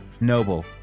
noble